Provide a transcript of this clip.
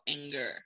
anger